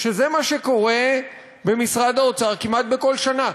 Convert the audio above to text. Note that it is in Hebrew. שזה מה שקורה במשרד האוצר כמעט בכל שנה,